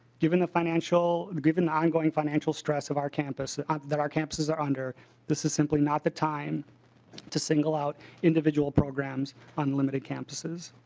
given the financial given ongoing financial stress of our campus that our campuses are under this is simply not the time to single out individual programs on limited campus.